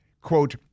quote